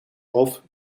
hof